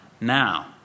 now